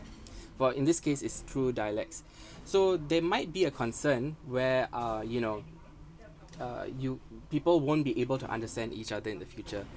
for in this case is through dialects so there might be a concern where uh you know uh you people won't be able to understand each other in the future